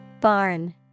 Barn